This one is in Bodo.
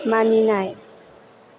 मानिनाय